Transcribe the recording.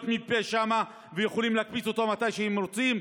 מ"פ שם ויכולים להקפיץ אותו מתי שהם רוצים,